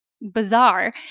bizarre